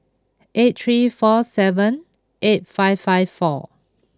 eight three four seven eight five five four